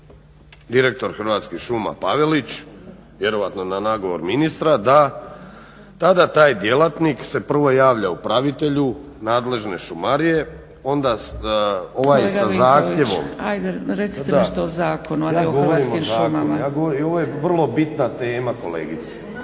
direktor Hrvatskih šuma Pavelić vjerojatno na nagovor ministra da tada taj djelatnik se prvo javlja upravitelju nadležne šumarije, onda ovaj sa zahtjevom. **Zgrebec,